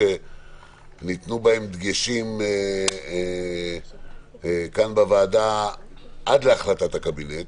שניתנו בהם דגשים כאן בוועדה עד להחלטת הקבינט